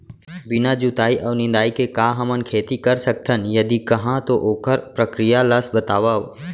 बिना जुताई अऊ निंदाई के का हमन खेती कर सकथन, यदि कहाँ तो ओखर प्रक्रिया ला बतावव?